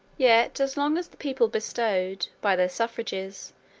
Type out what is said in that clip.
yet as long as the people bestowed, by their suffrages,